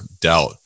doubt